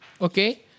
okay